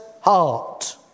heart